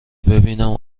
ببینم